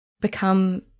become